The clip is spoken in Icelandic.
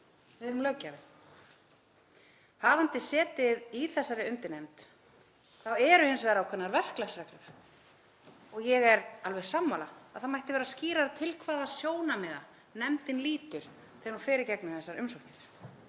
við erum löggjafinn. Hafandi setið í þessari undirnefnd þá eru hins vegar ákveðnar verklagsreglur og ég er alveg sammála að það mætti vera skýrara til hvaða sjónarmiða nefndin lítur þegar hún fer í gegnum þessar umsóknir.